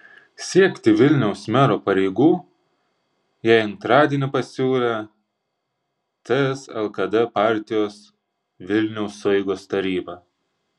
siekti vilniaus mero pareigų jai antradienį pasiūlė ts lkd partijos vilniaus sueigos taryba